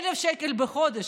1,000 שקל בחודש.